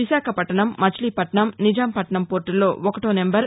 విశాఖపట్టణం మచిలీపట్నం నిజాంపట్నం పోర్టల్లో ఒకటో నంబర్